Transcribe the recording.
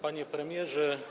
Panie Premierze!